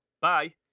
bye